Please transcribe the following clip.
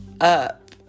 up